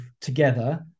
together